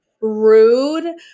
rude